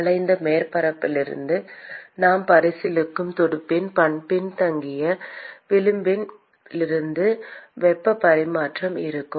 வளைந்த மேற்பரப்பிலிருந்தும் நாம் பரிசீலிக்கும் துடுப்பின் பின்தங்கிய விளிம்பிலிருந்தும் வெப்பப் பரிமாற்றம் இருக்கும்